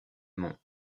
mont